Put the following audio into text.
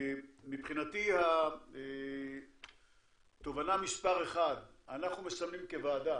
מבחינתי התובנה מספר אחת, אנחנו מסמנים כוועדה